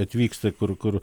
atvyksta kur kur